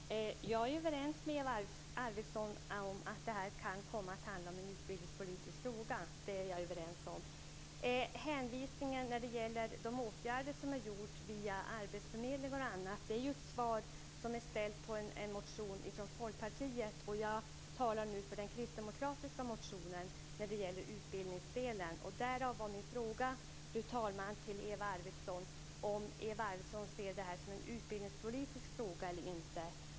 Fru talman! Jag är överens med Eva Arvidsson om att det kan komma att bli en utbildningspolitisk fråga. Hänvisningen till de åtgärder som har gjorts via arbetsförmedling och annat är ett svar på en motion som väckts av Folkpartiet. Jag talar nu för den kristdemokratiska motionen när det gäller utbildningsdelen. Därav min fråga till Eva Arvidsson om Eva Arvidsson ser det som en utbildningspolitisk fråga eller inte.